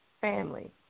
family